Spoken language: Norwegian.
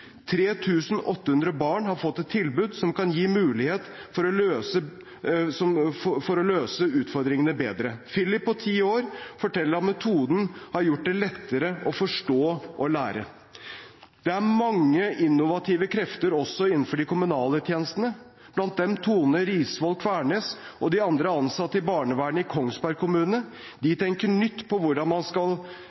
800 barn har fått et tilbud som kan gi mulighet for å løse utfordringene bedre. Phillip på ti år forteller at metoden har gjort det lettere å forstå og å lære. Det er mange innovative krefter også innenfor de kommunale tjenestene. Blant dem er Tone Risvoll Kvernes og de andre ansatte i barnevernet i Kongsberg kommune. De tenker nytt om hvordan man skal